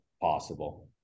possible